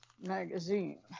Magazine